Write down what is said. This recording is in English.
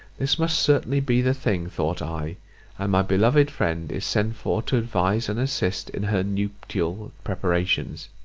this must certainly be the thing, thought i and my beloved friend is sent for to advise and assist in her nuptial preparations.